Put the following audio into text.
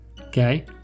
Okay